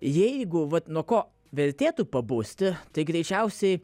jeigu vat nuo ko vertėtų pabusti tai greičiausiai